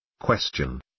Question